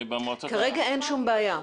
כרגע אין שום בעיה.